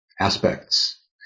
Aspects